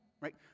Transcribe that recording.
right